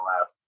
last